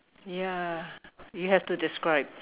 ya you have to describe